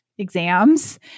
exams